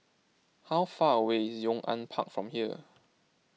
how far away is Yong An Park from here